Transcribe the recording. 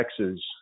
Texas